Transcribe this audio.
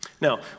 Now